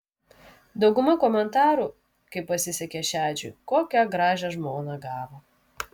dauguma komentarų kaip pasisekė šedžiui kokią gražią žmoną gavo